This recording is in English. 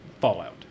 Fallout